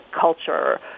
Culture